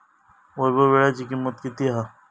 वैभव वीळ्याची किंमत किती हा?